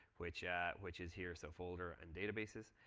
which yeah which is here. so folder, and databases.